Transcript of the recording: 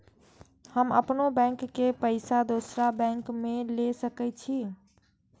हम अपनों बैंक के पैसा दुसरा बैंक में ले सके छी?